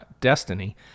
destiny